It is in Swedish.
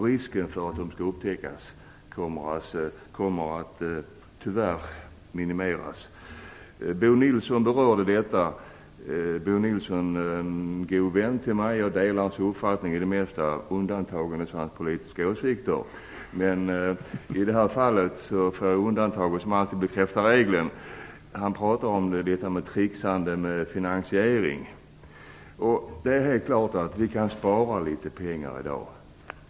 Risken för att de skall upptäckas kommer tyvärr att minimeras. Bo Nilsson berörde detta. Bo Nilsson är en god vän till mig. Jag delar hans uppfattning i det mesta, undantagandes hans politiska åsikter. Men i det här fallet står jag inför undantaget som alltid bekräftar regeln. Han pratar om trixandet med finansieringen. Det är klart att vi kan spara litet pengar i dag.